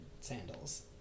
sandals